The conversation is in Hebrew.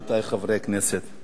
עמיתי חברי כנסת,